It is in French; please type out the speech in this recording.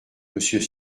monsieur